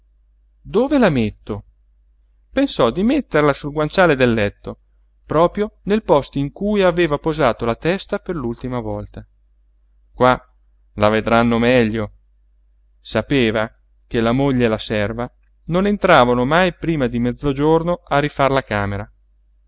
dove la metto pensò di metterla sul guanciale del letto proprio nel posto in cui aveva posato la testa per l'ultima volta qua la vedranno meglio sapeva che la moglie e la serva non entravano mai prima di mezzogiorno a rifar la camera